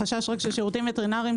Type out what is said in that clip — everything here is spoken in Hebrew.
החשש של שירותים וטרינריים,